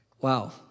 Wow